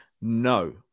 No